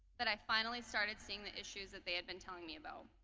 that i finally started seeing the issues that they had been telling me about.